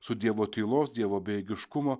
su dievo tylos dievo bejėgiškumo